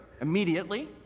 immediately